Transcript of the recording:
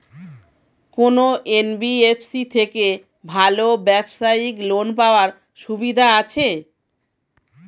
কোন এন.বি.এফ.সি থেকে ভালো ব্যবসায়িক লোন পাওয়ার সুবিধা আছে?